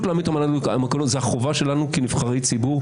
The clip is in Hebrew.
זה החובה שלנו כנבחרי ציבור.